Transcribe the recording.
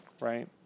right